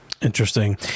Interesting